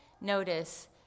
Notice